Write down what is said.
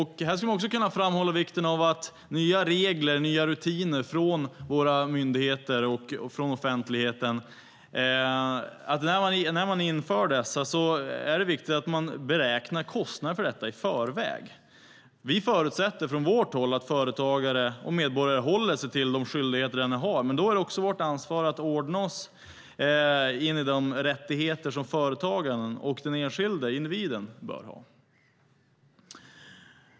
Här skulle man också kunna framhålla vikten av att man, när man från våra myndigheter och offentligheten inför nya regler och rutiner, i förväg beräknar kostnaderna för detta. Vi förutsätter från vårt håll att företagare och medborgare håller sig till de skyldigheter som de har. Då är det också vårt ansvar att ordna in oss efter de rättigheter företagaren och den enskilde individen bör ha.